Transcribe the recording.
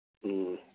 ꯎꯝ